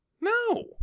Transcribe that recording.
No